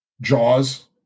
jaws